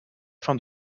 fin